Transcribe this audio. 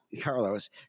Carlos